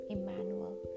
Emmanuel